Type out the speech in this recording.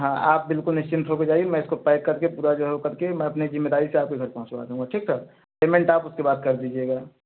हाँ आप बिलकुल निश्चिंत हो के जाइए मैं इसको पैक करके पूरा जो है वो करके मैं अपनी जिम्मेदारी से आपके घर पहुँचवा दूँगा ठीक है पेमेंट आप उसके बाद कर दीजिएगा